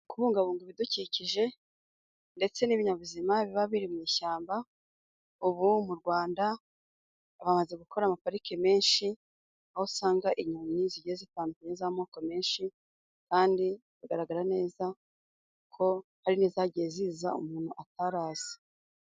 Kubungabunga ibidukikije ndetse n'ibinyabuzima biba biri mu ishyamba. Ubu mu Rwanda bamaze gukora amapariki menshi aho usanga inyoni zigiye zitandukanye z'amoko menshi, kandi bigaragara neza ko ari n'izagiye ziza umuntu atari azi.